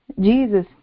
Jesus